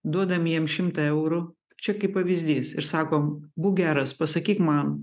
duodam jiem šimtą eurų čia kaip pavyzdys ir sakom būk geras pasakyk man